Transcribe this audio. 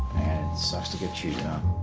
sucks to get cheated on.